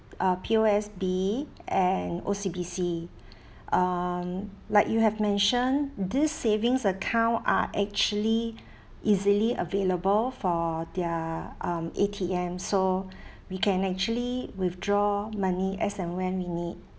uh P_O_S_B and O_C_B_C um like you have mentioned these savings account are actually easily available for their um A_T_M so we can actually withdraw money as and when we need